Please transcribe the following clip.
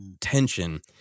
tension